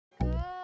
Good